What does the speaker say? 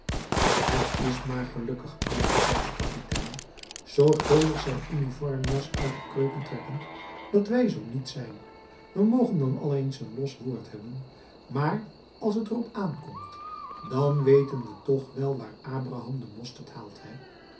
het is maar gelukkig oudje zei de kapitein zorgvuldig zijn uniformjas uit de kreuken trekkend dat wij zo niet zijn we mogen dan al eens n los woord hebben maar als het erop aankomt dan weten we toch wel waar abram de mosterd haalt hè